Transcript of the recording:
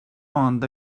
anda